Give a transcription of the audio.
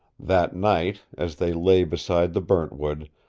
that night, as they lay beside the burntwood,